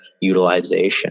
utilization